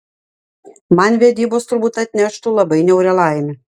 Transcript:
man vedybos turbūt atneštų labai niaurią laimę